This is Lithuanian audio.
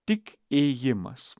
tik ėjimas